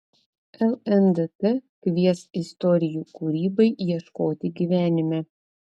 lndt kvies istorijų kūrybai ieškoti gyvenime